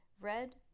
red